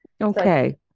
okay